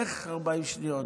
איך 40 שניות?